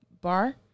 bar